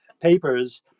papers